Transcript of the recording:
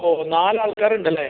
ഓ ഓ നാല് ആൾക്കാരുണ്ടല്ലേ